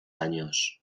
años